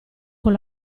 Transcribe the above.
con